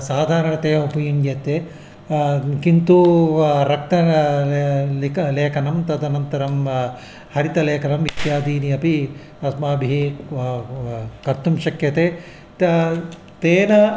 साधारणतया उपयुङ्क्ते किन्तु रक्तः लिक लेखनं तदनन्तरं हरितलेखनम् इत्यादीनि अपि अस्माभिः कर्तुं शक्यते त तेन